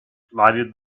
lighted